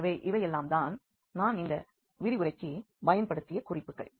எனவே இவையெல்லாம் தான் நாம் இந்த விரிவுரைக்கு பயன்படுத்திய குறிப்புகள்